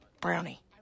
brownie